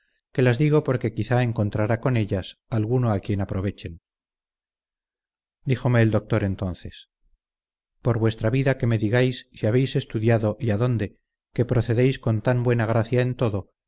que las digo porque quizá encontrará con ellas alguno a quien aprovechen díjome el doctor entonces por vuestra vida que me digáis si habéis estudiado y a dónde que procedéis con tan buena gracia en todo